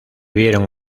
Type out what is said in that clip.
vieron